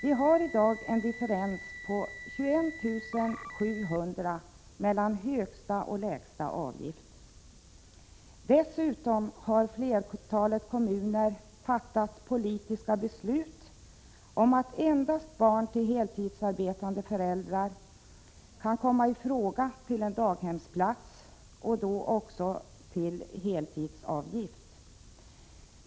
Vi har i dag en differens på 21 700 kr. mellan högsta och lägsta avgift. Dessutom har flertalet kommuner fattat politiska beslut om att endast barn till heltidsarbetande föräldrar kan komma i fråga för en daghemsplats, och då också till heltidsavgift.